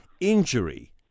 injury